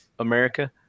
america